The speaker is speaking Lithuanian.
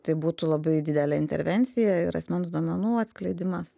tai būtų labai didelė intervencija ir asmens duomenų atskleidimas